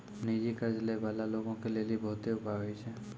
निजी कर्ज लै बाला लोगो के लेली बहुते उपाय होय छै